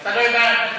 אתה לא יודע את התקנון.